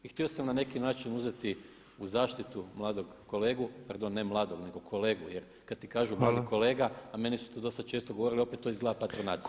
I htio sam na neki način uzeti u zaštitu mladog kolegu, pardon ne mladog nego kolegu jer kad ti kažu mladi kolega a meni su to dosta često govorili opet to izgleda patronatski.